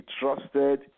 trusted